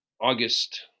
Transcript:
August